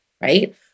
right